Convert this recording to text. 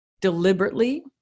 deliberately